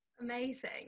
Amazing